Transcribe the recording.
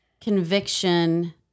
conviction